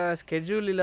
schedule